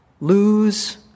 lose